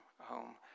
home